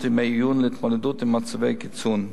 וימי עיון להתמודדות עם מצבי קיצון.